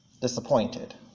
disappointed